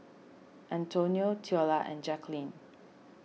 Antonio theola and Jacquline